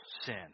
sin